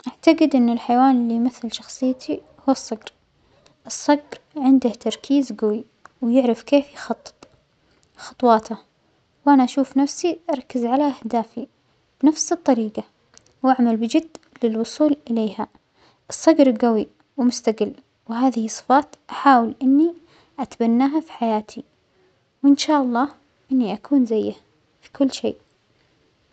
أعتجد أنو الحيوان اللى يمثل شخصيتى هو الصجر، الصجر عنده تركيز جوى ويعرف كيف يخطط خطواته، وأنا أشوف نفسى أركز على أهدافى بنفس الطريجة وأعمل بجد للوصول إليها، الصجر جوى ومستجل وهذه الصفات أحاول إنى أتبناها في حياتي ، وإن شاء الله إنى أكون زيه في كل شيء.